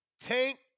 Tank